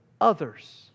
others